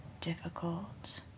difficult